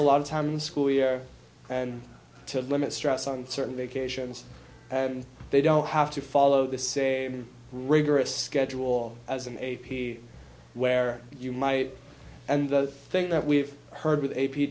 a lot of time in school year and to limit stress on certain vacations and they don't have to follow the same rigorous schedule as an a p where you might and the thing that we've heard with a p